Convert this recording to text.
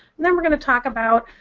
and then we're going to talk about,